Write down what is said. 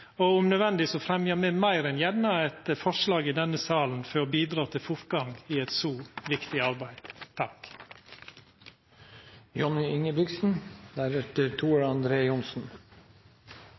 og venta altfor lenge. Om nødvendig fremjar me meir enn gjerne eit forslag i denne salen for å bidra til fortgang i eit så viktig arbeid.